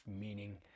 meaning